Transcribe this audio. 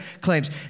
claims